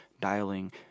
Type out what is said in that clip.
dialing